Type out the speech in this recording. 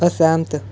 असैह्मत